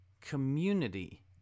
community